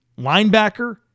linebacker